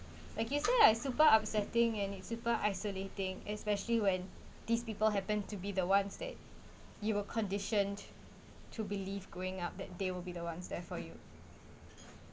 like you say I super upsetting and it's super isolating especially when these people happen to be the ones that you will condition to believe going up that they will be the ones there for you